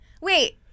wait